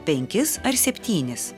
penkis ar septynis